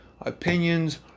Opinions